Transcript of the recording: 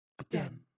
Again